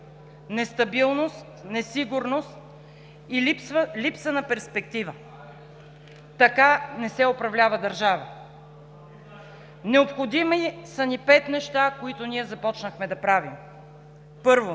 Нестабилност, несигурност и липса на перспектива! Така не се управлява държава. Необходими са ни пет неща, които ние започнахме да правим. Първо,